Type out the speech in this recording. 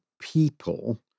people